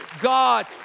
God